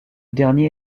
dernier